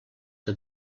que